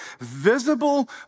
visible